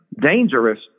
dangerous